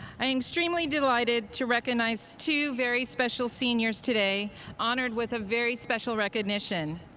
i'm extremely delighted to recognize two very special seniors today honored with a very special recognition.